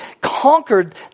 conquered